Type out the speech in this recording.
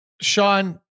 Sean